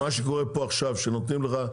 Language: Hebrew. מה שקורה פה עכשיו, שנותנים לך,